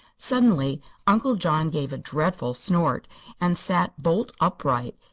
suddenly uncle john gave a dreadful snort and sat bolt upright,